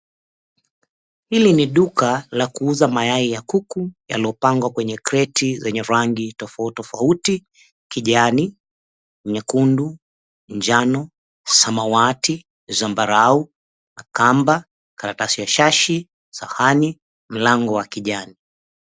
Hili ni duka la kuuza mayai ya kuku yaliyopangwa kwenye kreti zenye rangi tofauti tofauti; kijani, nyekundu, njano, samawati, zambarau, kamba, karatasi ya shashi, sahani, mlango wa kijani.